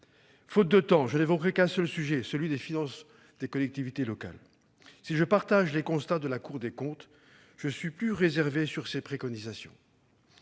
Faute de temps, je n'évoquerai qu'un seul sujet, celui des finances des collectivités locales. Si je partage les constats de la Cour des comptes, je suis plus réservé sur ses préconisations.